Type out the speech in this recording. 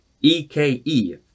E-K-E